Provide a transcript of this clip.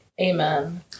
Amen